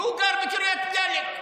והוא גר בקריית ביאליק,